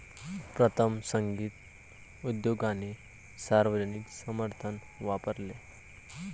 प्रथम, संगीत उद्योगाने सार्वजनिक समर्थन वापरले